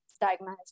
diagnosed